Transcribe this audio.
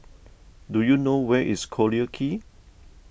do you know where is Collyer Quay